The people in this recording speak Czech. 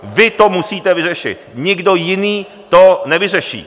Vy to musíte vyřešit, nikdo jiný to nevyřeší.